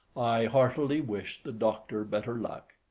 i heartily wish the doctor better luck.